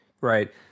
Right